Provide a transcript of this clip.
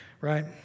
Right